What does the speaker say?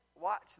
Watch